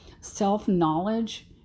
self-knowledge